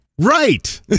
Right